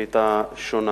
היא היתה שונה